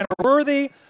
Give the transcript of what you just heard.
worthy